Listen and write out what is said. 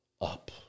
up